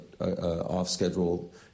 off-schedule